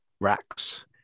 racks